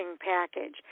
package